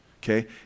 Okay